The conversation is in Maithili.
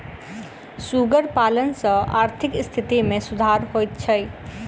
सुगर पालन सॅ आर्थिक स्थिति मे सुधार होइत छै